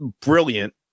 brilliant